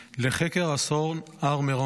לחקר אסון הר מירון.